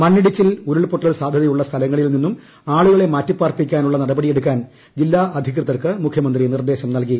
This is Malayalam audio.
മണ്ണിടിച്ചിൽ ഉരുൾപൊട്ടൽ സാധ്യതയുള്ള സ്ഥലങ്ങളിൽ നിന്നും ആളുകളെ മാറ്റിപാർപ്പിക്കാനുള്ള നടപടിയെടുക്കാൻ ജില്ലാ അധികൃതർക്ക് മുഖ്യമന്ത്രി നിർദ്ദേശം നൽകി